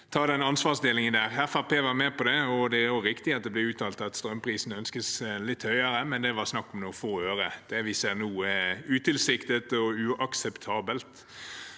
må dele ansvaret. Fremskrittspartiet var med på det, og det er også riktig at det ble uttalt at strømprisene var ønsket litt høyere, men det var snakk om noen få øre. Det vi ser nå, er utilsiktet og uakseptabelt.